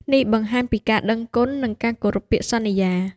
នេះបង្ហាញពីការដឹងគុណ និងការគោរពពាក្យសន្យា។